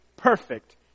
perfect